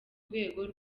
rwego